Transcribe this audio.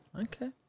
Okay